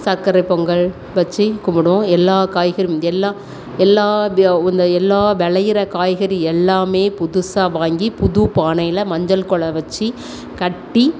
சக்கரை பொங்கல் வச்சி கும்பிடுவோம் எல்லா காய்கறி எல்லா எல்லா இந்த எல்லா விளையுற காய்கறி எல்லாமே புதுசா வாங்கி புது பானையில் மஞ்சள் குலை வச்சு கட்டி